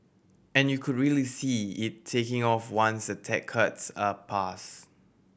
and you could really see it taking off once the tax cuts are pass